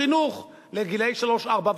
חינוך לגילאי שלוש ארבע,